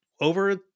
over